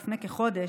לפני כחודש,